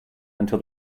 until